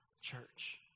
church